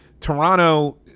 Toronto